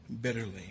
bitterly